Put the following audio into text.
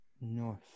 North